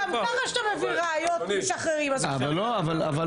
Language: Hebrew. גם ככה כשאתה מביא ראיות משחררים --- אבל מירב,